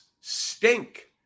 Stink